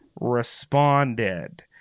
responded